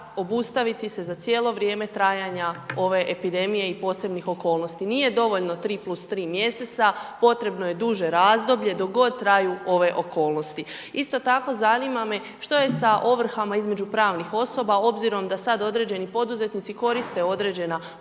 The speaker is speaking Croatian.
obustaviti se za cijelo vrijeme trajanja ove epidemije i posebni okolnosti. Nije dovoljno 3+3 mjeseca, potrebno je duže razdoblje, dok god traju ove okolnosti. Isto tako zanima me što je sa ovrhama između pravnih osoba obzirom da sada određeni poduzetnici koriste određena povoljna